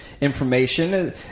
information